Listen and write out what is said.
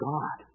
God